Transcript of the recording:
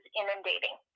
inundating